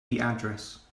address